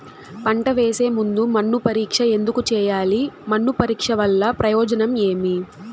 పంట వేసే ముందు మన్ను పరీక్ష ఎందుకు చేయాలి? మన్ను పరీక్ష వల్ల ప్రయోజనం ఏమి?